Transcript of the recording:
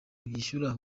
yishyura